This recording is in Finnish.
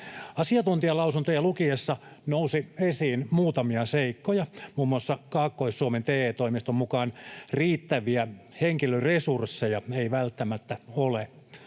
Asiantuntijalausuntoja lukiessa nousi esiin muutamia seikkoja. Muun muassa Kaakkois-Suomen TE-toimiston mukaan riittäviä henkilöresursseja ei välttämättä ole.